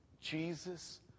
Jesus